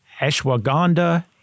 ashwagandha